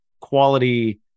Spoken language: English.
quality